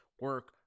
Work